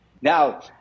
Now